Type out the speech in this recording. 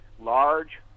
large